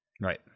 Right